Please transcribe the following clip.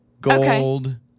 Gold